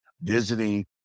visiting